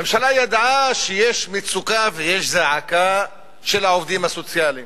הממשלה ידעה שיש מצוקה ויש זעקה של העובדים הסוציאליים,